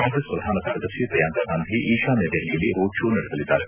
ಕಾಂಗ್ರೆಸ್ ಪ್ರಧಾನ ಕಾರ್ಯದರ್ಶಿ ಪ್ರಿಯಾಂಕಾ ಗಾಂಧಿ ಈಶಾನ್ಯ ದೆಹಲಿಯಲ್ಲಿ ರೋಡ್ ಶೋ ನಡೆಸಲಿದ್ದಾರೆ